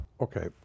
Okay